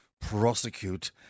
prosecute